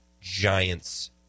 Giants